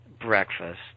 breakfast